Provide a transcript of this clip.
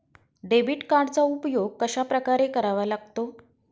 Debit कार्डचा उपयोग कशाप्रकारे करावा लागतो?